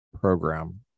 program